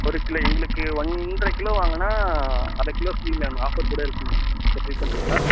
ஒரு கிலோ எங்களுக்கு ஒன்ரை கிலோ வாங்கினா அரை கிலோ ஃப்ரீ மேம் ஆஃபர் கூட இருக்கும் மேம் பர்சேஸ் பண்ணுறீங்ளா